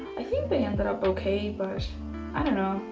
i think they ended up ok, but i don't know,